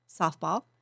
softball